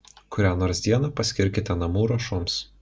kurią nors dieną paskirkite namų ruošoms